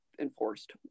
enforced